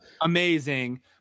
Amazing